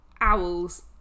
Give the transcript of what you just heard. Owls